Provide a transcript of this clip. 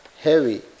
heavy